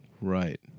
Right